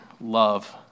love